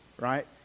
right